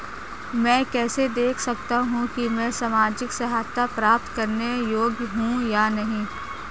मैं कैसे देख सकता हूं कि मैं सामाजिक सहायता प्राप्त करने योग्य हूं या नहीं?